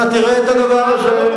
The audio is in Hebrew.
אתה תראה את הדבר הזה.